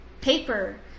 paper